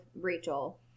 Rachel